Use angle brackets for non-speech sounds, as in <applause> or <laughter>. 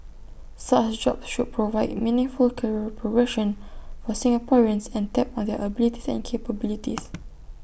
such jobs should provide meaningful career progression for Singaporeans and tap on their abilities and capabilities <noise>